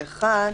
ב-(1)